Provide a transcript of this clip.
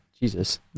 Jesus